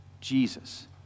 Jesus